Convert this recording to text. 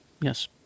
yes